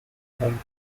home